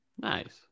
Nice